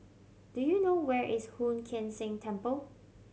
do you know where is Hoon Sian Keng Temple